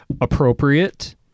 appropriate